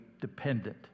dependent